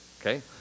okay